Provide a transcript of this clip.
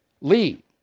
Lee